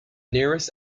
nearest